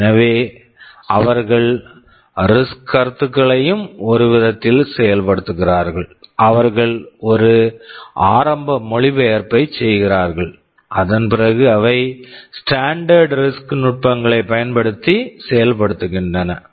எனவே அவர்கள் risk RISC கருத்துகளையும் ஒருவிதத்தில் செயல்படுத்துகிறார்கள் அவர்கள் ஒரு ஆரம்ப மொழிபெயர்ப்பை செய்கிறார்கள் அதன் பிறகு அவை ஸ்டாண்டர்ட் standard ரிஸ்க் RISC நுட்பங்களைப் பயன்படுத்தி செயல்படுத்துகின்றன